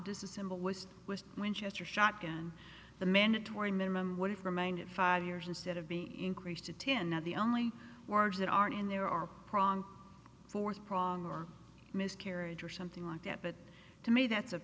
disassemble was was winchester shotgun the mandatory minimum would have remained of five years instead of being increased to ten now the only words that aren't in there are fourth prong or miscarriage or something like that but to me that's a